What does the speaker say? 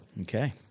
Okay